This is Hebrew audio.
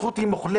הזכות היא מוחלטת,